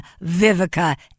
Vivica